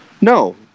No